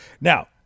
Now